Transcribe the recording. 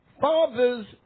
Fathers